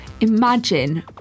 imagine